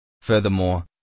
Furthermore